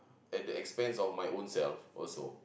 at the expense of my own self also